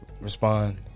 respond